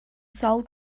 sawl